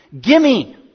Gimme